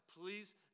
please